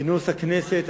כינוס הכנסת,